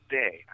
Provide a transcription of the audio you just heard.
day